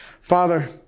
Father